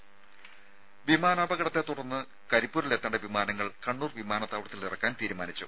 രേര വിമാനാപകടത്തെത്തുടർന്ന് കരിപ്പൂരിലെത്തേണ്ട വിമാനങ്ങൾ കണ്ണൂർ വിമാനത്താവളത്തിൽ ഇറക്കാൻ തീരുമാനിച്ചു